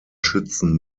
schützen